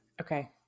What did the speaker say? Okay